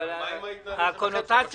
אבל מה עם ההתנהלות שלכם?